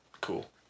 cool